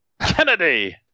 Kennedy